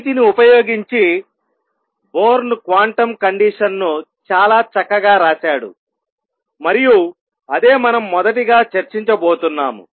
వీటిని ఉపయోగించి Born quantum కండిషన్ను చాలా చక్కగా రాశాడు మరియు అదే మనం మొదటిగా చర్చించబోతున్నాము